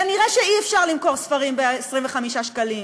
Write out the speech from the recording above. כנראה אי-אפשר למכור ספרים ב-25 שקלים.